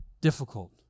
difficult